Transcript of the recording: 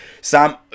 Sam